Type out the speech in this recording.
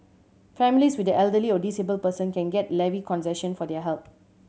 families with an elderly or disabled person can get a levy concession for their help